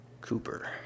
Cooper